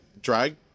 drag